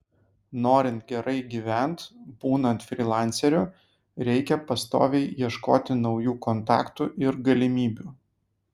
norint gerai gyvent būnant frylanceriu reikia pastoviai ieškoti naujų kontaktų ir galimybių